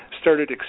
started